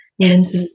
Yes